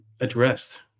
addressed